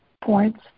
points